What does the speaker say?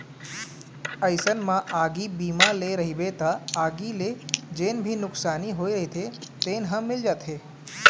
अइसन म आगी बीमा ले रहिबे त आगी ले जेन भी नुकसानी होय रहिथे तेन ह मिल जाथे